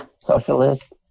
socialist